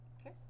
Okay